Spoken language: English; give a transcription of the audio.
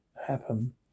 happen